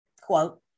quote